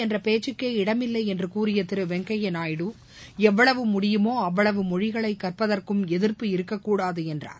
என்றபேச்சுக்கே இடமில்லைஎன்றுகூறியதிருவெங்கையாநாயுடு இந்திதிணிப்பு எவ்வளவு முடியுமோஅவ்வளவு மொழிகளைகற்பதற்கும் எதிர்ப்பு இருக்கக்கூடாதுஎன்றார்